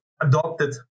adopted